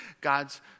God's